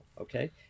okay